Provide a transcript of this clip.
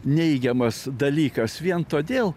neigiamas dalykas vien todėl